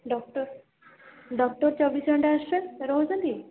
doctor doctor ଚବିଶ ଘଣ୍ଟା ଆସୁଛନ୍ତି ରହୁଛନ୍ତି